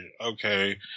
okay